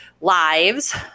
lives